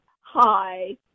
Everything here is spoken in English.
hi